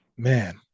Man